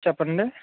చెప్పండి